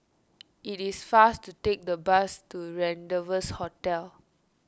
it is faster to take the bus to Rendezvous Hotel